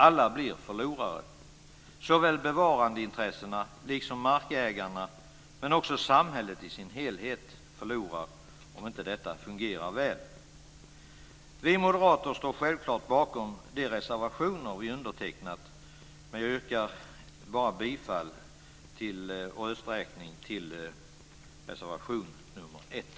Alla blir förlorare. Såväl bevarandeintressena som markägarna och samhället i sin helhet förlorar om inte detta fungerar väl. Vi moderater står självklart bakom de reservationer vi undertecknat, men yrkar bifall och rösträkning endast till reservation nr 1.